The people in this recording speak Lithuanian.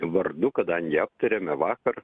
vardu kadangi aptarėme vakar